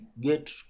get